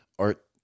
Art